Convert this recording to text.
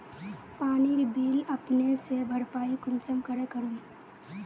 पानीर बिल अपने से भरपाई कुंसम करे करूम?